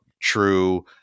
true